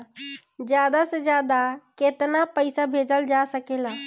ज्यादा से ज्यादा केताना पैसा भेजल जा सकल जाला?